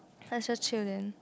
let's just chill then